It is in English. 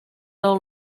are